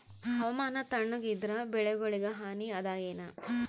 ಹವಾಮಾನ ತಣುಗ ಇದರ ಬೆಳೆಗೊಳಿಗ ಹಾನಿ ಅದಾಯೇನ?